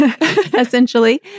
essentially